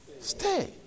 Stay